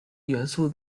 元素